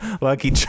Lucky